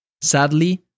Sadly